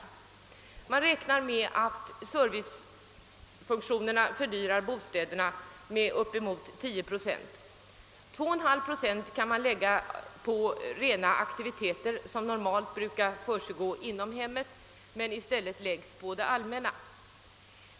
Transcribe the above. Man räknar med att servicefunktionerna fördyrar bostäderna med upp emot tio procent. Två och en halv procent kan man lägga på de aktiviteter som normalt brukar försiggå inom hemmet men i stället läggs på det allmänna.